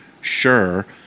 sure